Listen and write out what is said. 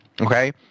okay